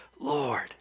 Lord